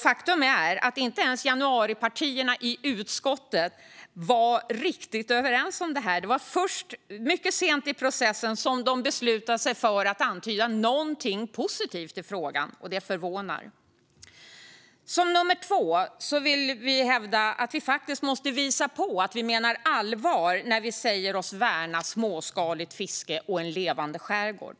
Faktum är att inte ens januaripartierna i utskottet var riktigt överens om detta. Det var först mycket sent i processen som de beslutade sig för att antyda någonting positivt i frågan - och det förvånar. Vi måste visa att vi menar allvar när vi säger oss värna småskaligt fiske och en levande skärgård.